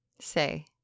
Say